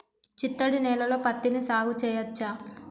చిత్తడి నేలలో పత్తిని సాగు చేయచ్చా?